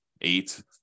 eight